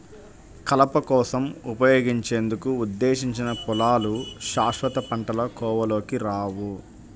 కలప కోసం ఉపయోగించేందుకు ఉద్దేశించిన పొలాలు శాశ్వత పంటల కోవలోకి రావు